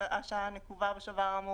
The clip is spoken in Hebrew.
עכשיו אתה יכול גם להצביע בעד, ולא רק להימנע.